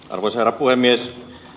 arvoisa puhemies